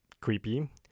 creepy